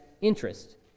interest